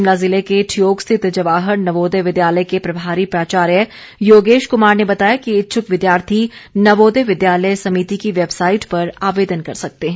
शिमला जिले के ठियोग स्थित जवाहर नवोदय विद्यालय के प्रभारी प्राचार्य योगेश कुमार ने बताया कि इच्छुक विद्यार्थी नवोदय विद्यालय समिति की वैबसाईट पर आवेदन कर सकते हैं